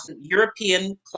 European